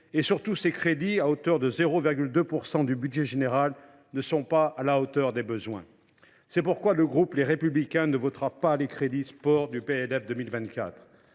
Bien plus, ces crédits, à hauteur de 0,2 % du budget général, ne sont pas à la hauteur des besoins. C’est pourquoi le groupe Les Républicains ne votera pas les crédits de cette